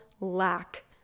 lack